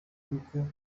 kuko